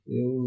eu